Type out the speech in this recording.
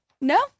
No